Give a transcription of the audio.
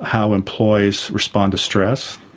how employees respond to stress,